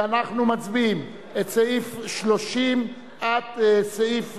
אנחנו מצביעים על סעיף 30 עד סעיף